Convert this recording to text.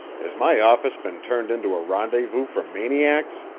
has my office been turned into a rendezvous for maniacs?